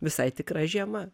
visai tikra žiema